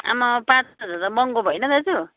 आमामामा पाँच हजार त महँगो भएन दाजु